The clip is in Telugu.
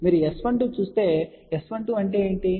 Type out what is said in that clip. మీరు S12 చూస్తే S12 అంటే ఏమిటి